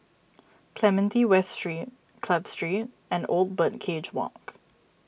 Clementi West Street Club Street and Old Birdcage Walk